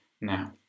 now